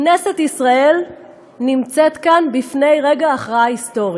כנסת ישראל נמצאת כאן בפני רגע הכרעה היסטורי,